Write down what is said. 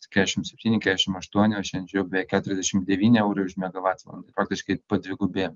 keturiasdešimt septyni keturiasdešimt aštuoni o šiandien žiūrėjau beveik keturiasdešimt devyni eurai už megavatvalandę praktiškai padvigubėjo